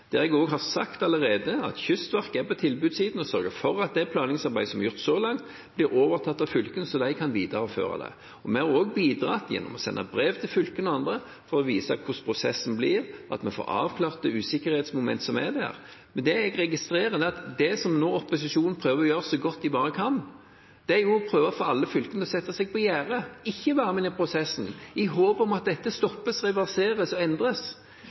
der. Jeg registrerer at det som opposisjonen nå prøver så godt de bare kan, er å få alle fylkene til å sette seg på gjerdet og ikke være med i prosessen, i håp om at dette stoppes, reverseres og endres.